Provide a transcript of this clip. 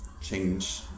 change